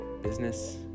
business